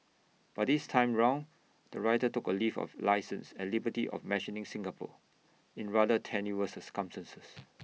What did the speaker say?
but this time round the writer took A leave of licence and liberty of mentioning Singapore in rather tenuous circumstances